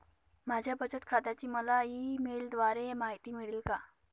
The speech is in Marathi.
माझ्या बचत खात्याची मला ई मेलद्वारे माहिती मिळेल का?